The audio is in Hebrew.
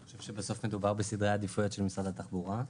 אני חושב שבסוף מדובר בסדרי עדיפויות של משרד התחבורה.